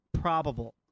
probable